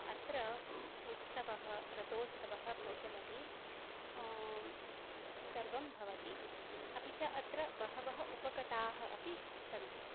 अत्र उत्सवः रथोत्सवः प्रचलति सर्वं भवति अपि च अत्र बहवः उपकथाः अपि सन्ति